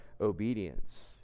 obedience